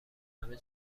همه